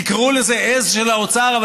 תקראו לזה עז של האוצר,